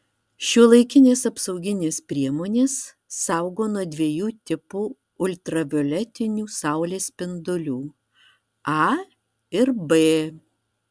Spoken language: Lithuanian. šiuolaikinės apsauginės priemonės saugo nuo dviejų tipų ultravioletinių saulės spindulių a ir b